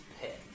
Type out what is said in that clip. pit